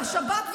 והשב"כ,